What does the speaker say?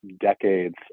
decades